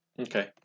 Okay